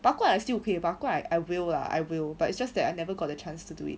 拔罐 I still okay 拔罐 I will lah I will but it's just that I never got the chance to do it